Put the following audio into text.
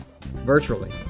virtually